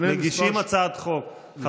מגישים הצעת חוק.